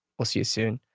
i'll see you soon,